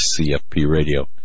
CFPRadio